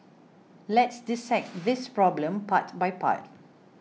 let's dissect this problem part by part